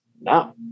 no